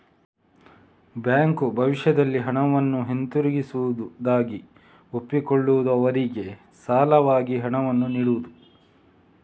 bank ಭವಿಷ್ಯದಲ್ಲಿ ಹಣವನ್ನ ಹಿಂದಿರುಗಿಸುವುದಾಗಿ ಒಪ್ಪಿಕೊಳ್ಳುವವರಿಗೆ ಸಾಲವಾಗಿ ಹಣವನ್ನ ನೀಡುದು